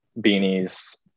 beanies